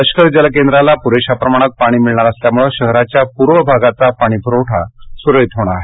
लष्कर जलकेंद्राला पुरेशा प्रमाणात पाणी मिळणार असल्यामुळे शहराच्या पूर्वभागाचा पाणी पुरवठा सुरळित होणार आहे